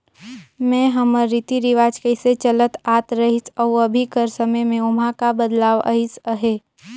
में हमर रीति रिवाज कइसे चलत आत रहिस अउ अभीं कर समे में ओम्हां का बदलाव अइस अहे